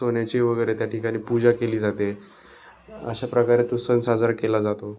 सोन्याची वगैरे त्या ठिकाणी पूजा केली जाते अशा प्रकारे तो सण साजरा केला जातो